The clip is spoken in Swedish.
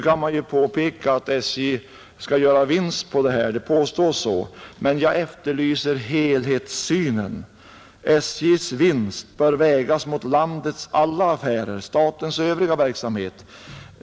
Det påstås att SJ skall göra vinst på den här indragningen, men jag efterlyser helhetssynen, SJ:s vinst bör vägas mot landets alla affärer — statens övriga verksamhet.